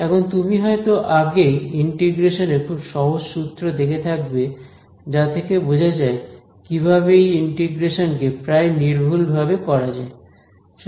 এখন তুমি হয়তো আগে ইন্টিগ্রেশন এর খুব সহজ সূত্র দেখে থাকবে যা থেকে বোঝা যায় কিভাবে এই ইন্টিগ্রেশন কে প্রায় নির্ভুল ভাবে করা যায়